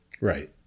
Right